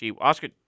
Oscar